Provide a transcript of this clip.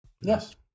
Yes